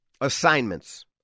Assignments